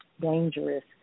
dangerous